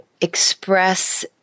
express